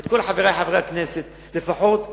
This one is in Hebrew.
את כל חברי חברי הכנסת, לפחות נחזור,